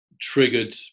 triggered